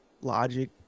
logic